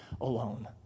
alone